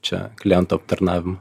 čia klientų aptarnavimą